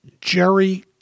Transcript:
Jerry